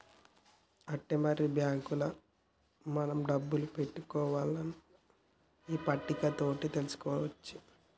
ఆట్టే మరి బాంకుల మన డబ్బులు పెట్టుకోవన్నో ఈ పట్టిక తోటి తెలుసుకోవచ్చునే